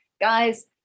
guys